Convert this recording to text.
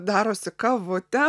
darosi kavutę